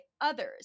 others